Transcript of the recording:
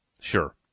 Sure